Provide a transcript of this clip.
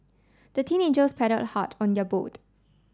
the teenagers paddled hard on their boat